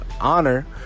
honor